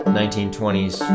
1920s